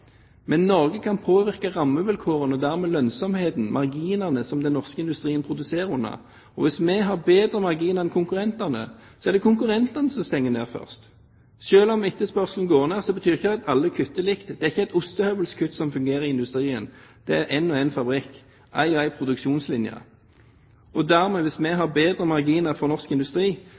Men Norge kan påvirke rammevilkårene og dermed lønnsomheten, marginene, som den norske industrien produserer under. Hvis vi har bedre marginer enn konkurrentene, er det konkurrentene som stenger ned først. Selv om etterspørselen går ned, betyr ikke det at alle kutter likt. Det er ikke et ostehøvelkutt som fungerer i industrien. Det er en og en fabrikk, en og en produksjonslinje. Og dermed, hvis vi har bedre marginer for norsk industri,